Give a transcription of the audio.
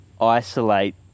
isolate